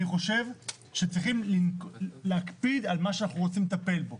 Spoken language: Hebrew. אני חושב שצריכים להקפיד על מה שאנחנו רוצים לטפל בו,